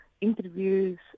interviews